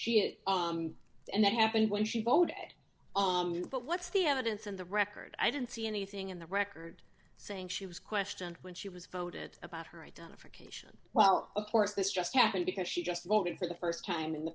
she it and that happened when she bowed but what's the evidence in the record i didn't see anything in the record saying she was questioned when she was voted about her identification well of course this just happened because she just voted for the st time in the